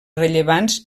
rellevants